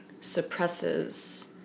suppresses